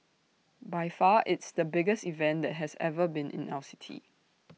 by far it's the biggest event that has ever been in our city